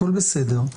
הכול בסדר.